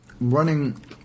running